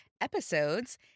episodes